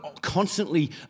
constantly